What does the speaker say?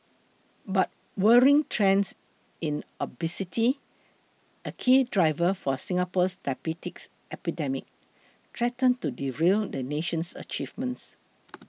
but worrying trends in obesity a key driver for Singapore's diabetes epidemic threaten to derail the nation's achievements